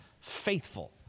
Faithful